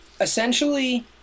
essentially